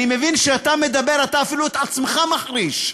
אני מבין שכשאתה מדבר, אפילו את עצמך אתה מחריש.